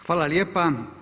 Hvala lijepa.